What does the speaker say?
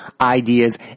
ideas